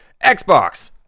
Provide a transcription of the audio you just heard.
xbox